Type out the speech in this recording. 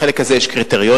בחלק הזה יש קריטריונים,